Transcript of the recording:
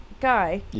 guy